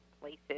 places